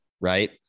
right